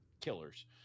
killers